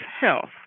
health